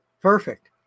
Perfect